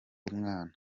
umwana